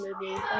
movie